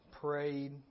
prayed